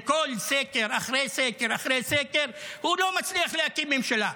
וסקר אחרי סקר אחרי סקר הוא לא מצליח להקים ממשלה.